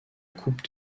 coupe